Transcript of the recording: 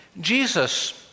Jesus